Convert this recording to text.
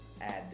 add